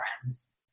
friends